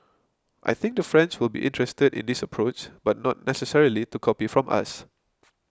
I think the French will be interested in this approach but not necessarily to copy from us